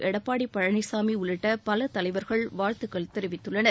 எடப்பாடி பழனிசாமி உள்ளிட்ட பல தலைவர்கள் வாழ்த்துக்கள் தெரிவித்துள்ளனர்